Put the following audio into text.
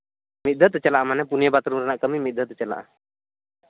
ᱢᱤᱫ ᱫᱷᱟᱣ ᱛᱮ ᱪᱟᱞᱟᱜᱼᱟ ᱢᱟᱱᱮ ᱯᱩᱱᱭᱟᱹ ᱵᱟᱛᱷᱨᱩᱢ ᱨᱮᱱᱟᱜ ᱠᱟᱹᱢᱤ ᱢᱤᱫ ᱫᱷᱟᱣ ᱛᱮ ᱪᱟᱞᱟᱜᱼᱟ